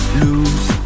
lose